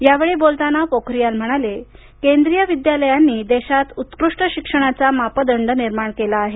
या वेळी बोलताना पोखारीयाल म्हणाले केंद्रीय विद्यालयांनी देशात उत्कृष्ट शिक्षणाचा मापदंड निर्माण केला आहे